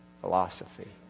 philosophy